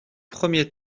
premiers